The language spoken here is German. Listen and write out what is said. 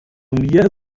mir